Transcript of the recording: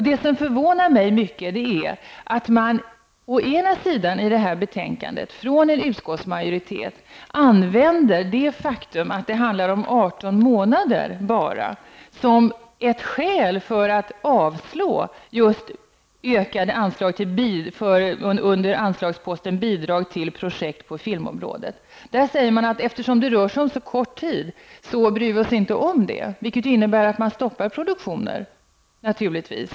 Det som i hög grad förvånar mig när det gäller det här betänkandet är att utskottsmajoriteten å ena sidan använder det faktum att det handlar om endast 18 månader som ett skäl för att avstyrka en ökning av anslagen under anslagsposten Bidrag till projekt på filmområdet. Majoriteten säger att eftersom det rör sig om så kort tid, bryr man sig inte om det. Detta innebär naturligtvis att pågående produktioner måste stoppas.